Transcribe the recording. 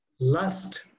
lust